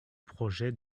projet